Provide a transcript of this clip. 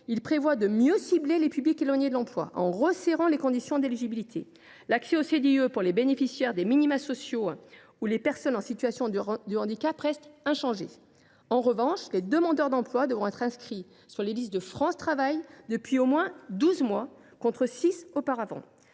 il prévoit de mieux cibler les publics éloignés de l’emploi en resserrant les conditions d’éligibilité. L’accès au CDIE pour les bénéficiaires des minima sociaux ou les personnes en situation de handicap reste inchangé. En revanche, les demandeurs d’emploi devront être inscrits sur les listes de France Travail depuis au moins douze mois, contre six mois auparavant.